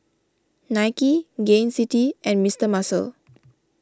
Nike Gain City and Mister Muscle